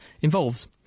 involves